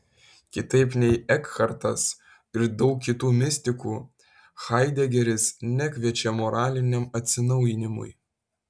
kitaip nei ekhartas ir daug kitų mistikų haidegeris nekviečia moraliniam atsinaujinimui